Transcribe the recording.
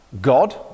God